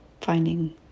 finding